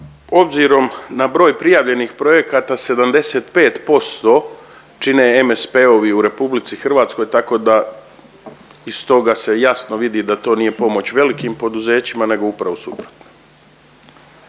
obzirom na broj prijavljenih projekata 75% čine MSP-ovi u RH tako da iz toga se jasno vidi da to nije pomoć velikim poduzećima nego upravo suprotno.